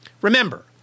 Remember